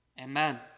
Amen